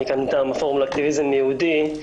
אני כאן מטעם הפורום לאקטיביזם יהודי.